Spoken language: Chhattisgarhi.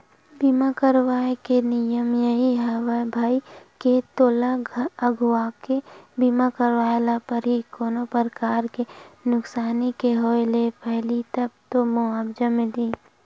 बीमा करवाय के नियम यही हवय भई के तोला अघुवाके बीमा करवाय ल परही कोनो परकार के नुकसानी के होय ले पहिली तब तो मुवाजा मिलही